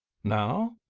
now?